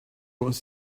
wants